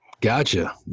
Gotcha